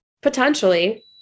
Potentially